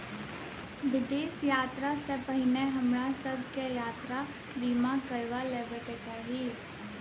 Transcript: विदेश यात्रा सॅ पहिने हमरा सभ के यात्रा बीमा करबा लेबाक चाही